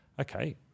okay